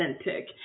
authentic